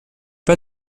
pas